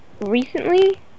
recently